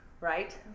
right